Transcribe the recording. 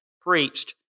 preached